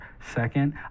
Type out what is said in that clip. Second